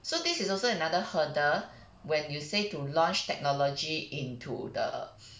so this is also another hurdle when you say to launch technology into the